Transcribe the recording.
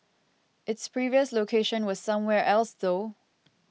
its previous location was somewhere else though